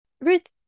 Ruth